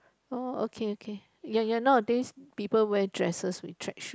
oh okay okay ya ya nowadays people wear dresses with track shoe